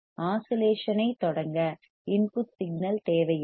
oscillation ஐத் தொடங்க input signal தேவையில்லை